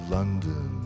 London